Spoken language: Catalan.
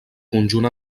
conjunt